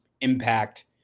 impact